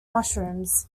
mushrooms